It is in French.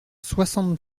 soixante